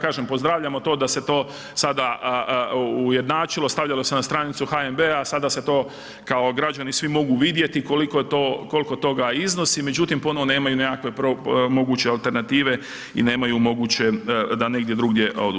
Kažem, pozdravljamo to da se to sada ujednačilo, stavilo se na stranicu HNB-a, sada se to kao građani svi mogu vidjeti koliko to toga iznosi, međutim, ponovno nemaju nekakve moguće alternative i nemaju moguće da negdje drugdje odu.